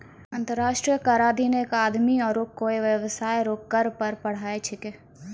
अंतर्राष्ट्रीय कराधीन एक आदमी आरू कोय बेबसाय रो कर पर पढ़ाय छैकै